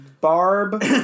Barb